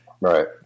right